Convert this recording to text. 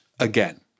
Again